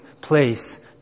place